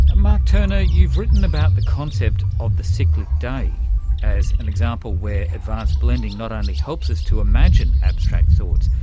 ah mark turner, you've written about the concept of the cyclic day as an example where advanced blending not only helps us to imagine abstract thoughts,